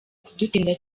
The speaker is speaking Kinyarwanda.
kudutsinda